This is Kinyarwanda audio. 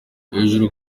hejuru